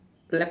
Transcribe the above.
left